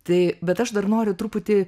tai bet aš dar noriu truputį